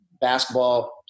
basketball